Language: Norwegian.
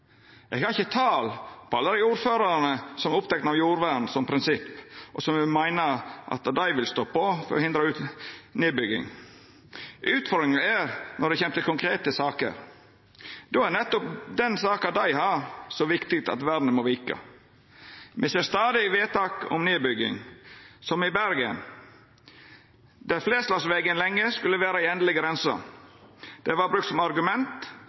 Eg har ikkje tal på alle dei ordførarane som er opptekne av jordvern som prinsipp, og som meiner at det vil stoppa og forhindra nedbygging. Utfordringa er når det kjem til konkrete saker. Då er nettopp den saka dei har, så viktig at vernet må vika. Me ser stadig vedtak om nedbygging, som i Bergen, der Fleslandsvegen lenge skulle vera ei endeleg grense. Det vart brukt som argument